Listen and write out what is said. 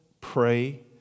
pray